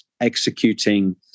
executing